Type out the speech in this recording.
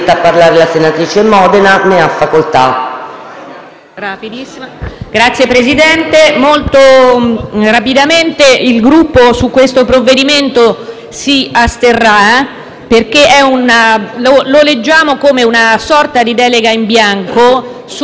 Signor Presidente, il nostro Gruppo su questo provvedimento si asterrà, perché lo leggiamo come una sorta di delega in bianco su una materia estremamente delicata,